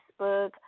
Facebook